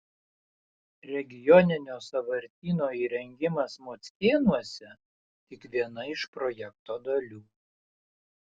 regioninio sąvartyno įrengimas mockėnuose tik viena iš projekto dalių